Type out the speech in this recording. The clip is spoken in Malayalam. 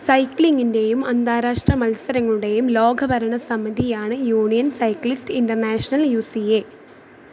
സൈക്ലിംഗിൻറ്റേയും അന്താരാഷ്ട്ര മത്സരങ്ങളുടെയും ലോക ഭരണസമിതിയാണ് union cyclist international U C A